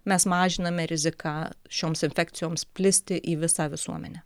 mes mažiname riziką šioms infekcijoms plisti į visą visuomenę